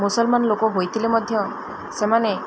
ମୁସଲମାନ ଲୋକ ହୋଇଥିଲେ ମଧ୍ୟ ସେମାନେ